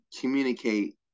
communicate